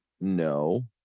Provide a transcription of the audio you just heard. no